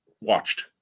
watched